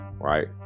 right